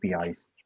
APIs